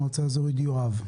מועצה אזורית יואב?